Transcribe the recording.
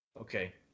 Okay